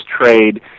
trade